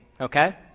Okay